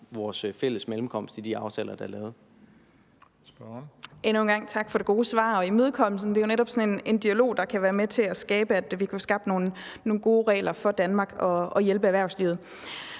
Kl. 18:48 Marie Bjerre (V): Endnu en gang tak for det gode svar og imødekommelsen. Det er jo netop sådan en dialog, der kan være med til at skabe nogle gode regler for Danmark og hjælpe erhvervslivet.